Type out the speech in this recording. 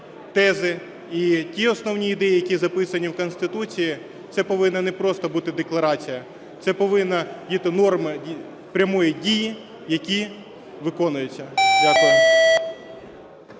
тези і ті основні ідеї, які записані в Конституції, це повинна не просто бути декларація, це повинні бути норми прямої дії, які виконуються.